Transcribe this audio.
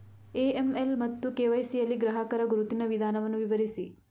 AML ಮತ್ತು KYC ಯಲ್ಲಿ ಗ್ರಾಹಕರ ಗುರುತಿನ ವಿಧಾನವನ್ನು ವಿವರಿಸಿ?